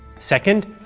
second,